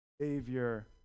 Savior